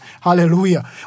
hallelujah